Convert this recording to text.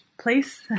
place